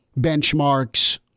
benchmarks